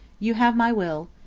you have my will.